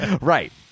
Right